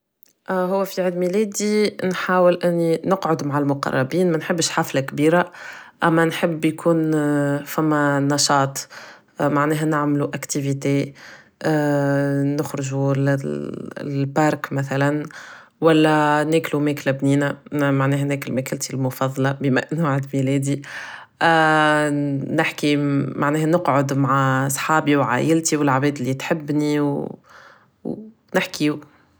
هو في عيد ميلادي نحاول اني نقعد مع المقربين منحبش حفلة كبيرة اما نحب يكون فما نشاط معناها نعملو activité نخرجو للبارك مثلا ولا ناكلو ماكلة بنينة معناها ناكل ماكلتي المفظلة بما انو عبد ميلادي نحكي معناه نقعد مع صحابي و عايلتي و العباد اللي تحبني و نحكيو